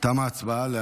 תמה ההצבעה.